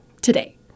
today